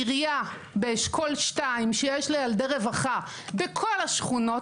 עירייה באשכול 2 שיש לה ילדי רווחה בכל השכונות,